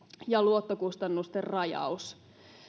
ja luottokustannusten rajaus